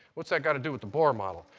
what's that got to do with the bohr model?